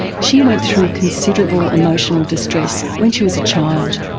she went through considerable emotional distress when she was a child.